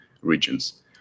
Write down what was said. regions